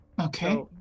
Okay